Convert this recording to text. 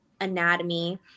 anatomy